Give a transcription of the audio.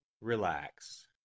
Relax